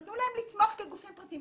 נתנו להם לצמוח כגופים פרטיים,